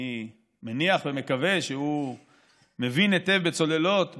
אני מניח ומקווה שהוא מבין היטב בצוללות,